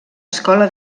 escola